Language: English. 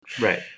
Right